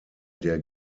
der